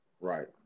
Right